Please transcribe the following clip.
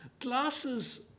glasses